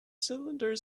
cylinder